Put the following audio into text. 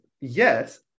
Yes